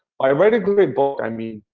by write a great book, i mean,